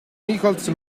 nichols